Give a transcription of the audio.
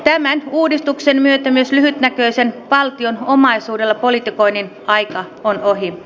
tämän uudistuksen myötä myös lyhytnäköisen valtion omaisuudella politikoinnin aika on ohi